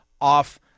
off